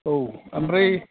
औ आमफ्राय